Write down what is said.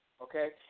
Okay